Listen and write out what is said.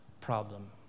problem